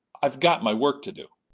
i've got my work to do.